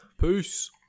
Peace